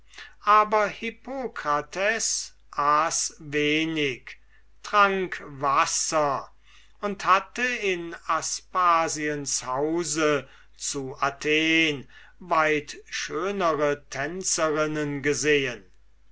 aber hippokrates aß wenig trank wasser und hatte in aspasiens hause zu athen weit schönere tänzerinnen gesehen